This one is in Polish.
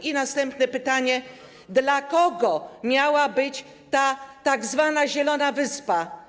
I następne pytanie: Dla kogo miała być ta tzw. zielona wyspa?